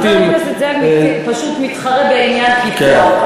חבר הכנסת זאב פשוט מתחרה בעניין קיפוח.